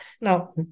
Now